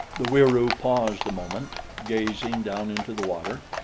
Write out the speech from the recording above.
the wieroo paused a moment, gazing down into the water,